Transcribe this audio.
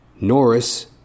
Norris